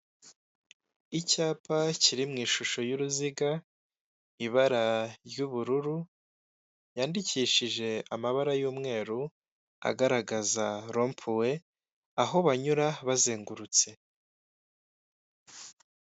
Icyapa kiri mu ishusho y'uruziga, ibara ry'ubururu ryandikishije amabara y'umweru agaragaza rond-point, aho banyura bazengurutse.